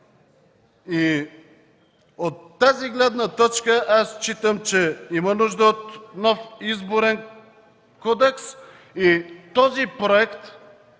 От тази гледна точка считам, че има нужда от нов Изборен кодекс. Този проект